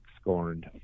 scorned